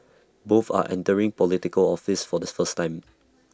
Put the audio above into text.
both are entering Political office for the first time